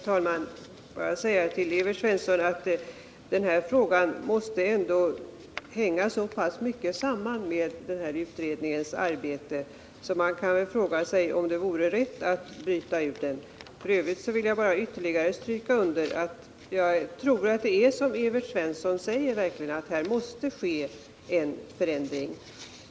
Herr talman! Får jag säga till Evert Svensson att denna fråga måste hänga så pass mycket samman med denna utrednings arbete att man kan fråga sig om det vore rätt att bryta ut den. F. ö. vill jag bara ytterligare stryka under att jag tror det är som Evert Svensson säger. Det måste ske en förändring.